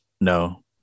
no